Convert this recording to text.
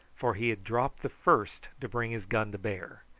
for he had dropped the first to bring his gun to bear.